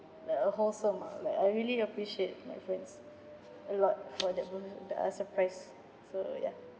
like a wholesome ah like I really appreciate my friends a lot for that moment the uh surprise so ya